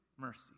mercy